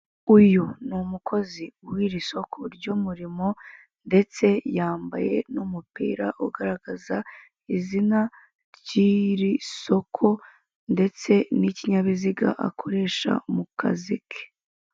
Uyu ni umukozi w'iri soko ry'umurimo, ndetse yambaye n'umupira ugaragaza izina ry'iri soko, ndetse n'ikinyabiziga akoresha mu kazi ke.